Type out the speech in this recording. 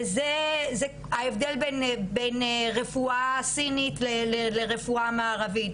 וזה ההבדל בין רפואה סינית לרפואה מערבית,